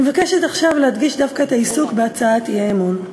אני מבקשת עכשיו להדגיש דווקא את העיסוק בהצעת האי-אמון.